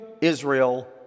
Israel